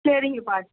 சரிங்கப்பா